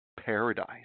paradise